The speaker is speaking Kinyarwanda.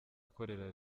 akorera